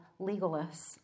legalists